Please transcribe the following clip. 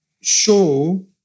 show